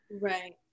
Right